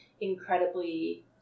incredibly